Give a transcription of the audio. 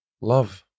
love